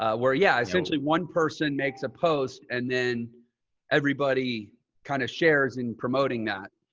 ah where yeah. essentially one person makes a post and then everybody kind of shares in promoting that.